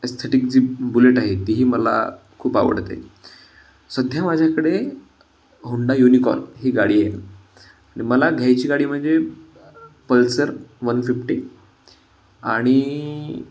aesthetic जी Bullet आहे ती ही मला खूप आवडते सध्या माझ्याकडे होंडा युनिकॉर्न ही गाडी आहे आणि मला घ्यायची गाडी म्हणजे पल्सर वन फिफ्टी आणि